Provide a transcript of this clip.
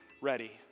ready